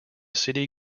city